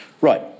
Right